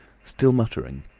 still muttering.